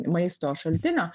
maisto šaltinio